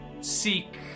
seek